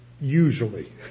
Usually